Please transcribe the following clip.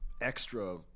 extra